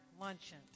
Luncheon